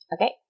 Okay